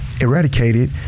eradicated